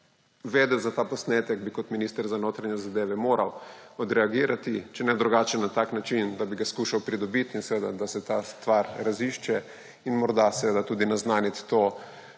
vedel za ta posnetek, bi kot minister za notranje zadeve moral odreagirati, če ne drugače, na tak način, da bi ga skušal pridobit in da se to stvar razišče in morda seveda tudi naznaniti to